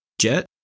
Jet